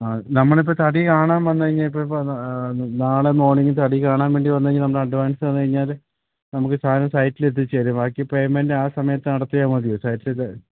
ആ നമ്മൾ ഇപ്പം തടി കാണാൻ വന്ന് കഴിഞ്ഞാൽ ഇപ്പം നാളെ മോർണിംഗ് തടി കാണാൻ വേണ്ടി വന്ന് കഴിഞ്ഞാൽ നമ്മൾ അഡ്വാൻസ് തന്ന് കഴിഞ്ഞാൽ നമുക്ക് സാധനം സൈറ്റിലെത്തിച്ച് തരും ബാക്കി പേയ്മെന്റ് ആ സമയത്ത് നടത്തിയാൽ മതിയോ സൈറ്റിൽ